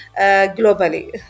globally